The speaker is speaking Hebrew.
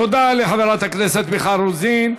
תודה לחברת הכנסת מיכל רוזין.